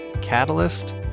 catalyst